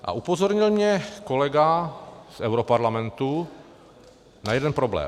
A upozornil mě kolega z europarlamentu na jeden problém.